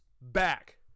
back